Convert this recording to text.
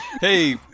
hey